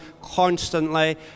constantly